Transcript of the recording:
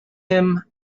him